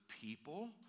people